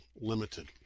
limited